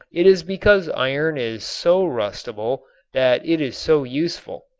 it is because iron is so rustable that it is so useful.